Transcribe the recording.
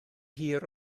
hir